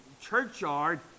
churchyard